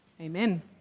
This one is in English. Amen